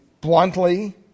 bluntly